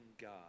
god